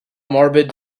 morbid